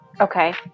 Okay